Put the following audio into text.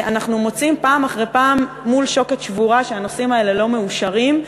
אנחנו נמצאים פעם אחר פעם מול שוקת שבורה כשהנושאים האלה לא מאושרים.